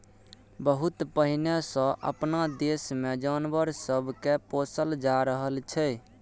बहुत पहिने सँ अपना देश मे जानवर सब के पोसल जा रहल छै